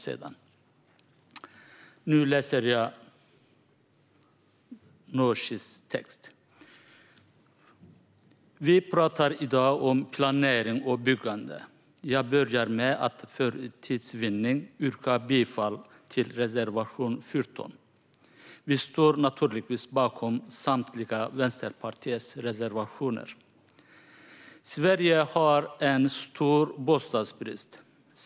Jag hoppas att hon kommer. Vi pratar i dag om planering och byggande. Jag börjar med att för tids vinnande yrka bifall till reservation 14. Vi står naturligtvis bakom samtliga Vänsterpartiets reservationer. Sverige har en stor bostadsbrist.